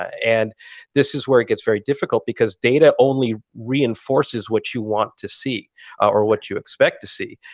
and this is where it gets very difficult because data only reinforces what you want to see or what you expect to see,